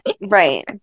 Right